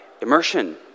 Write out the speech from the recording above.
immersion